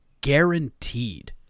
guaranteed